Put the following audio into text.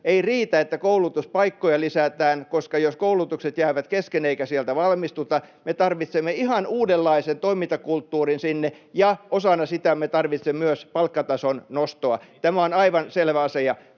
Ei riitä, että koulutuspaikkoja lisätään, koska jos koulutukset jäävät kesken eikä sieltä valmistuta, me tarvitsemme ihan uudenlaisen toimintakulttuurin sinne, ja osana sitä me tarvitsemme myös palkkatason nostoa. [Vilhelm Junnila: Mitä